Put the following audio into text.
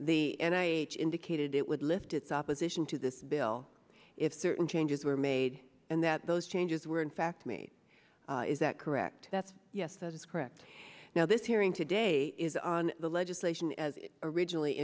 i indicated it would lift its opposition to this bill if certain changes were made and that those changes were in fact made is that correct that's yes that is correct now this hearing today is on the legislation as originally